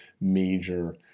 major